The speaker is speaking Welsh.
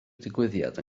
digwyddiad